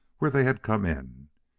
where they had come in.